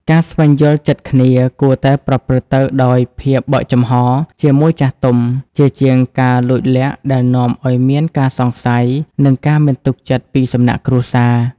ការស្វែងយល់ចិត្តគ្នាគួរតែប្រព្រឹត្តទៅដោយ "ភាពបើកចំហ" ជាមួយចាស់ទុំ ជាជាងការលួចលាក់ដែលនាំឱ្យមានការសង្ស័យ និងការមិនទុកចិត្តពីសំណាក់គ្រួសារ។